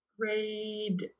Grade